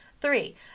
Three